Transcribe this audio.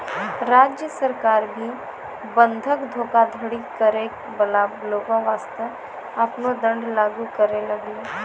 राज्य सरकार भी बंधक धोखाधड़ी करै बाला लोगो बासतें आपनो दंड लागू करै लागलै